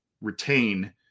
retain